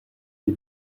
les